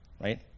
right